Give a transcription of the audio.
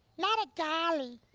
not a dolly.